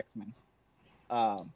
X-Men